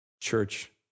Church